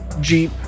Jeep